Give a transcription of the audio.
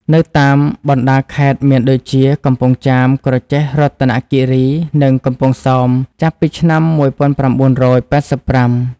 នៅតាមបណ្តាខេត្តមានដូចជា កំពង់ចាម ក្រចេះ រតនគិរី និងកំពង់សោម ចាប់ពីឆ្នាំ១៩៨៥។